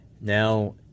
now